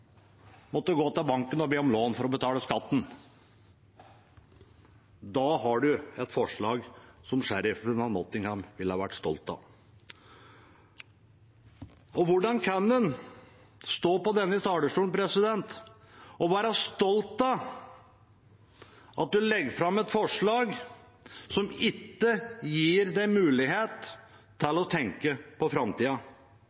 måtte gå til banken og be om lån for å betale skatten – da har du et forslag som sheriffen av Nottingham ville vært stolt av. Og hvordan kan en stå på denne talerstolen og være stolt av at en legger fram et forslag som ikke gir dem mulighet